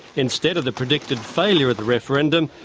instead of the predicted failure of the referendum,